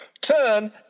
TURN